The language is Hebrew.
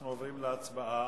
אנחנו עוברים להצבעה.